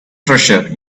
treasure